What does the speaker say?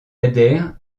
adhère